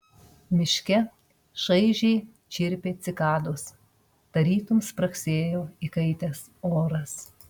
miške šaižiai čirpė cikados tarytum spragsėjo įkaitęs oras